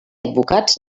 advocats